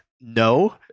no